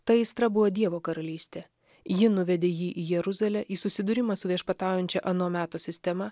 ta aistra buvo dievo karalystė ji nuvedė jį į jeruzalę į susidūrimą su viešpataujančia ano meto sistema